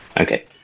Okay